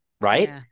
right